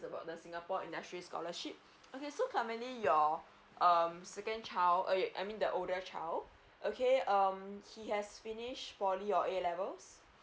about the singapore industry scholarship okay so currently your um second child uh I mean the older child okay um he has finish poly or A levels